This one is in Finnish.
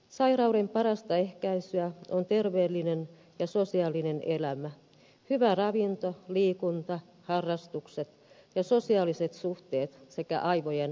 sairauden parasta ehkäisyä on terveellinen ja sosiaalinen elämä hyvä ravinto liikunta harrastukset ja sosiaaliset suhteet sekä aivojen käyttäminen